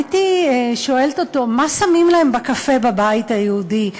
הייתי שואלת אותו מה שמים להם בקפה בבית היהודי,